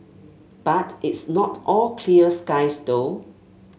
but it's not all clear skies though